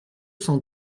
cent